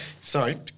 sorry